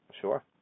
Sure